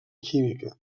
química